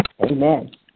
Amen